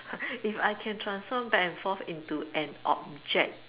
if I can transform back and forth into an object